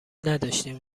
نداشتیم